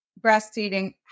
breastfeeding